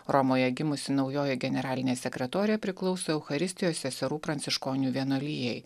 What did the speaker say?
romoje gimusi naujoji generalinė sekretorė priklauso eucharistijos seserų pranciškonių vienuolijai